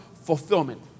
fulfillment